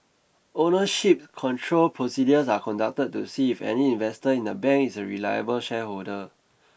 ownership control procedures are conducted to see if any investor in a bank is a reliable shareholder